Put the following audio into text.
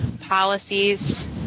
policies